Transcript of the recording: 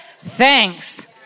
thanks